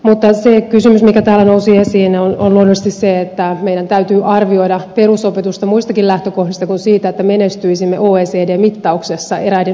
mutta se kysymys mikä täällä nousi esiin on luonnollisesti se että meidän täytyy arvioida perusopetusta muistakin lähtökohdista kuin siitä että menestyisimme oecd mittauksessa eräiden oppimistulosten osalta